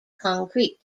concrete